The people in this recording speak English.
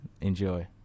Enjoy